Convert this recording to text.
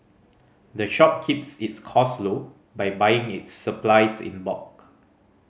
the shop keeps its cost low by buying its supplies in bulk